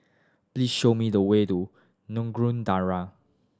please show me the way to Nagore Dargah